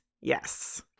Yes